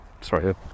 sorry